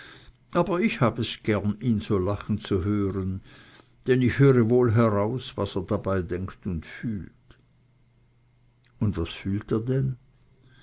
aber ich hab es gern ihn so lachen zu hören denn ich höre wohl heraus was er dabei denkt und fühlt und was fühlt er denn